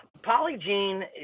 polygene